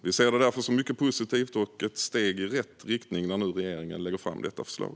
Vi ser det därför som mycket positivt och ett steg i rätt riktning att regeringen nu lägger fram detta förslag.